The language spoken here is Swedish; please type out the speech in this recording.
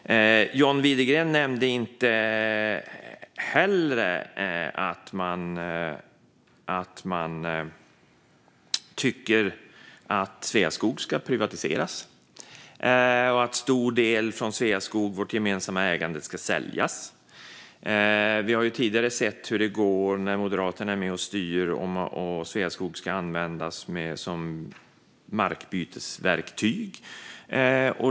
John Widegren nämnde inte heller att man tycker att Sveaskog ska privatiseras och att en stor del av vår gemensamt ägda skog ska säljas. Vi har tidigare sett hur det går när Moderaterna är med och styr och Sveaskog ska användas som markbytesverktyg.